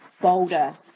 bolder